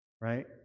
right